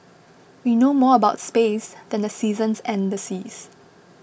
we know more about space than the seasons and the seas